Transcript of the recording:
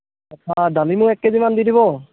তাৰপৰা ডালিমো এক কেজিমান দি দিব